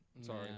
Sorry